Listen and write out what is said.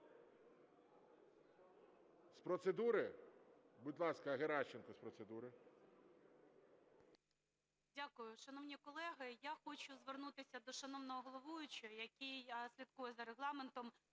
З процедури? Будь ласка, Геращенко з процедури.